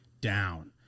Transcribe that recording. down